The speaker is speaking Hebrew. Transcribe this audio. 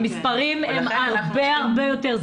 המספרים הם הרבה הרבה יותר.